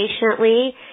patiently